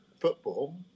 football